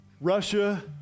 Russia